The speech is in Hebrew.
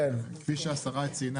כפי שהשרה ציינה,